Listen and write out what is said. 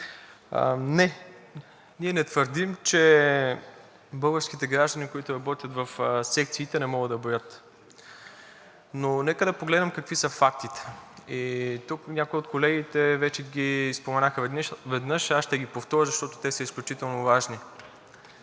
не, ние не твърдим, че българските граждани, които работят в секциите, не могат да броят, но нека да погледнем какви са фактите. Някои от колегите тук вече веднъж ги споменаха, а аз ще ги повторя, защото те са изключително важни.